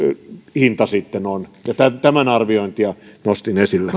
hinta sitten on tämän arviointia nostin esille